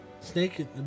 Snake